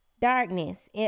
darkness